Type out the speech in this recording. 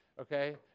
okay